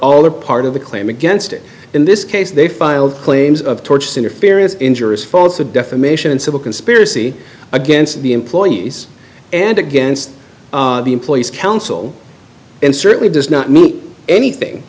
all or part of the claim against it in this case they filed claims of torturous interference injuries false a defamation and civil conspiracy against the employees and against the employees counsel and certainly does not meet anything